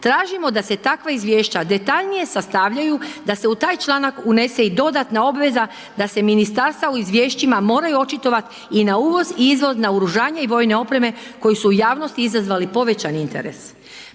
Tražimo da se takva izvješća detaljnije sastavljaju, da se u taj članak unese i dodatna obveza da se ministarstva u izvješćima moraju očitovati i na uvoz, izvoz, naoružanje vojne opreme koje su u jasnosti izazvale povećani interes.